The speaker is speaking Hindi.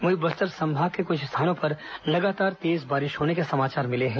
वहीं बस्तर संभाग के क्छ स्थानों पर लगातार तेज बारिश होने के समाचार मिले हैं